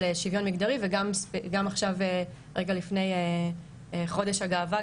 שוויון מגדרי וגם עכשיו רגע לפני חודש הגאווה,